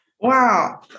Wow